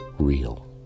real